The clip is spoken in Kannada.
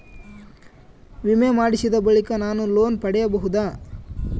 ವಿಮೆ ಮಾಡಿಸಿದ ಬಳಿಕ ನಾನು ಲೋನ್ ಪಡೆಯಬಹುದಾ?